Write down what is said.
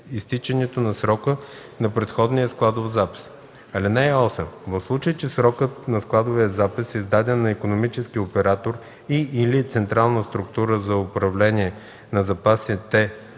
изтичането на срока на предходния складов запис. (8) В случай че срокът на складовия запис, издаден на икономически оператор и/или централна структура за управление на запасите